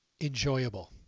enjoyable